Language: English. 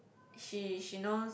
she she knows